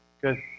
Good